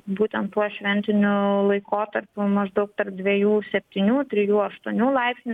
būtent tuo šventiniu laikotarpiu maždaug tarp dviejų septynių trijų aštuonių laipsnių